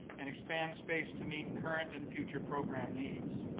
and expand space to meet current and future program needs.